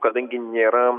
kadangi nėra